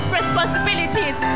responsibilities